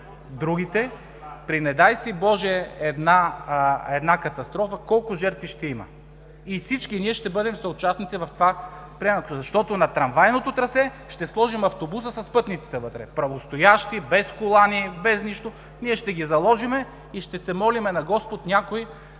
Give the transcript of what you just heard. другите, при не дай си Боже една катастрофа колко жертви ще има?! И всички ние ще бъдем съучастници в приемането на текста, защото на трамвайното трасе ще сложим автобуса с пътниците вътре – правостоящи, без колани, без нищо, ние ще ги заложим и ще се молим на Господ някой